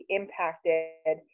impacted